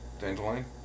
Dandelion